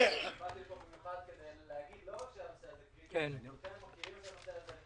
באתי לפה במיוחד כדי להגיד לא רק --- מכירים את הנושא הזה.